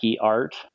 art